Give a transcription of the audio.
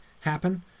happen